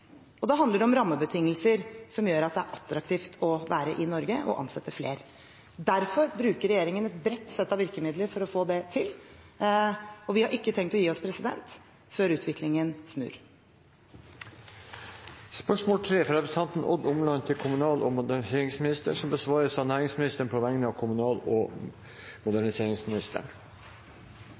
og det handler om rammebetingelser som gjør at det er attraktivt å være i Norge og ansette flere. Derfor bruker regjeringen et bredt sett av virkemidler for å få det til, og vi har ikke tenkt å gi oss før utviklingen snur. Dette spørsmålet, fra representanten Odd Omland til kommunal- og moderniseringsministeren, vil bli besvart av næringsministeren på vegne av kommunal- og moderniseringsministeren,